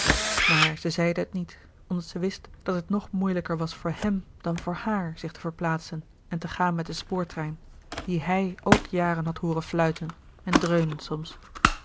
maar zij zeide het niet omdat zij wist dat het nog moeilijker was voor hem dan voor haar zich te verplaatsen en te gaan met den spoortrein dien hij ook jaren had hooren fluiten en dreunen soms